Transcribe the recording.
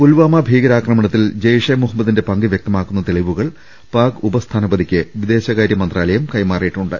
പുൽവാമ ഭീകരാക്രമണത്തിൽ ജെയ്ഷെ മുഹമ്മദിന്റെ പങ്ക് വൃക്തമാക്കുന്ന തെളിവുകൾ പാക് ഉപസ്ഥാ നപതിക്ക് വിദേശകാര്യമന്ത്രാലയം കൈമാറിയിട്ടുണ്ട്